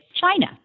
China